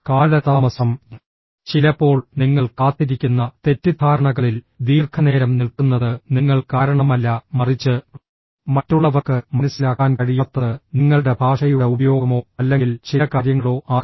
കാലതാമസം ചിലപ്പോൾ നിങ്ങൾ കാത്തിരിക്കുന്ന തെറ്റിദ്ധാരണകളിൽ ദീർഘനേരം നിൽക്കുന്നത് നിങ്ങൾ കാരണമല്ല മറിച്ച് മറ്റുള്ളവർക്ക് മനസ്സിലാക്കാൻ കഴിയാത്തത് നിങ്ങളുടെ ഭാഷയുടെ ഉപയോഗമോ അല്ലെങ്കിൽ ചില കാര്യങ്ങളോ ആകാം